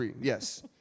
Yes